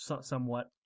somewhat